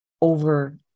over